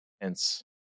Hence